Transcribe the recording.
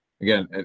again